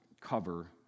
cover